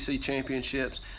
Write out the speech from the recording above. championships